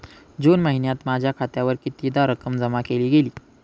जून महिन्यात माझ्या खात्यावर कितीदा रक्कम जमा केली गेली?